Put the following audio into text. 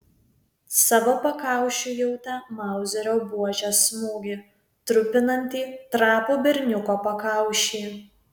savo pakaušiu jautė mauzerio buožės smūgį trupinantį trapų berniuko pakaušį